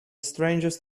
strangest